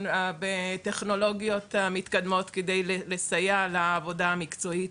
בטכנולוגיות מתקדמות כדי לסייע לעבודה המקצועית.